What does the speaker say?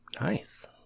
Nice